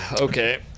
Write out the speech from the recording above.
Okay